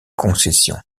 concessions